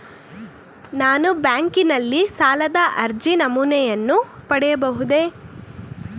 ನಾನು ಬ್ಯಾಂಕಿನಲ್ಲಿ ಸಾಲದ ಅರ್ಜಿ ನಮೂನೆಯನ್ನು ಪಡೆಯಬಹುದೇ?